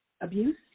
abuse